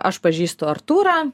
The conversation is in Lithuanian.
aš pažįstu artūrą